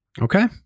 Okay